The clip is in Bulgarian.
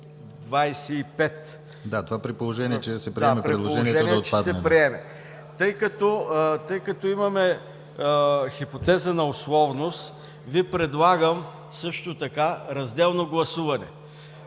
Да, това при положение че се приеме предложението да отпадне. ДОКЛАДЧИК ДАНАИЛ КИРИЛОВ: Тъй като имаме хипотеза на условност, Ви предлагам също така разделно гласуване.